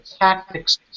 tactics